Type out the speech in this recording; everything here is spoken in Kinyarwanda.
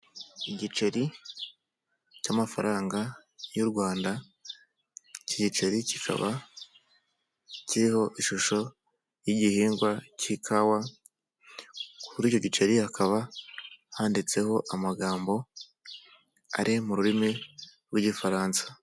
Igiceri cy'amafaranga y'u Rwanda, iki giceri kikaba kiriho ishusho y'igihingwa cy'ikawa, kuri icyo giceri hakaba handitseho amagambo ari mu rurimi rw'igifaransa.